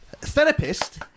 Therapist